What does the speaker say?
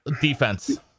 Defense